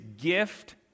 gift